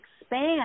expand